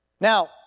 Now